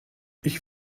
ich